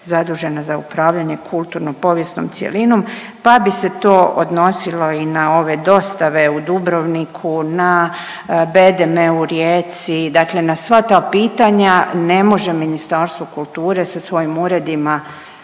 zadužena za upravljanje kulturno povijesnom cjelinom pa bi se to odnosilo i na ove dostave u Dubrovniku, na bedeme u Rijeci, dakle na sva ta pitanja ne može Ministarstvo kulture sa svojim uredima